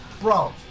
bro